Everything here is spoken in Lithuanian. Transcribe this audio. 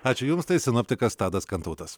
ačiū jums tai sinoptikas tadas kantautas